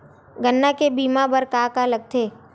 गन्ना के बीमा बर का का लगथे?